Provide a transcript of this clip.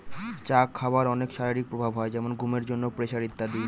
চা খাবার অনেক শারীরিক প্রভাব হয় যেমন ঘুমের জন্য, প্রেসার ইত্যাদি